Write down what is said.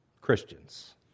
Christians